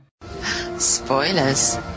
spoilers